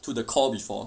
to the core before